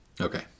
Okay